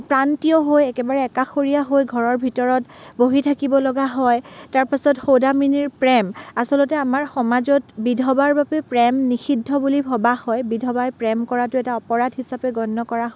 প্ৰান্তীয় হৈ একেবাৰে একাষৰীয়া হৈ ঘৰৰ ভিতৰত বহি থাকিব লগা হয় তাৰ পাছত সৌদামিনীৰ প্ৰেম আচলতে আমাৰ সমাজত বিধৱাৰ বাবে প্ৰেম নিষিদ্ধ বুলি ভবা হয় বিধৱাই প্ৰেম কৰাটো এটা অপৰাধ হিচাপে গণ্য কৰা হয়